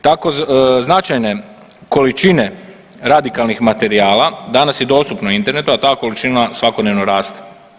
Tako značajne količine radikalnih materijala danas je dostupno internetu, a ta količina svakodnevno raste.